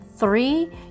Three